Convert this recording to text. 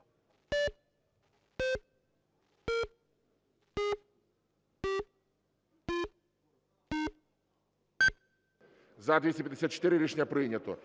За-254 Рішення прийнято.